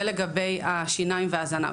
זה לגבי השיניים והזנב,